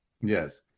Yes